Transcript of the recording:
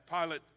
Pilate